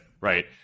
right